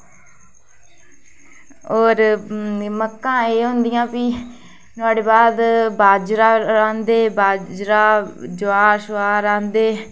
होर मक्कां एह् होंदियां भी नुहाड़े बाजरा रांह्दे बाजरा ज्वार रांह्दे